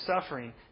suffering